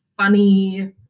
funny